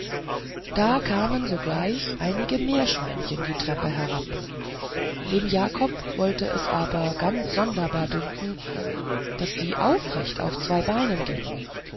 da kamen sogleich einige meerschweinchen die treppe herab dem jakob wollte es aber ganz sonderbar dünken daß sie aufrecht auf zwei beinen gingen